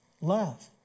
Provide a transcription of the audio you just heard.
love